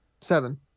Seven